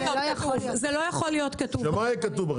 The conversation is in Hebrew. זה לא יכול להיות כתוב בחשבונית.